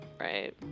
right